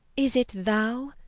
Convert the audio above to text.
is it thou?